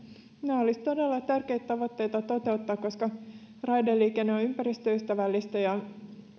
olisivat todella tärkeitä tavoitteita toteuttaa koska raideliikenne on ympäristöystävällistä ja